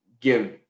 give